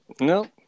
No